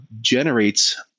generates